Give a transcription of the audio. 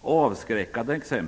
avskräckande exempel.